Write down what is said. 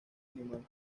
animal